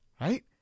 right